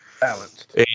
Balanced